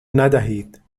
ندهید